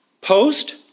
Post